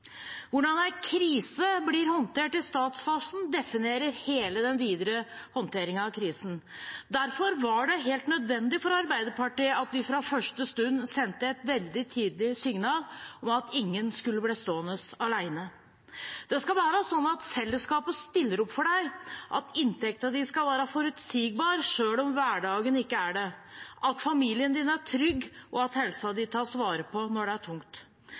Hvordan en krise blir håndtert i startfasen, definerer hele den videre håndteringen av krisen. Derfor var det helt nødvendig for oss i Arbeiderpartiet at vi fra første stund sendte et veldig tydelig signal om at ingen skulle bli stående alene. Det skal være sånn at fellesskapet stiller opp for deg, at inntekten din skal være forutsigbar selv om hverdagen ikke er det, at familien din er trygg, og at helsen din tas vare på når det er tungt.